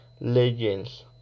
legends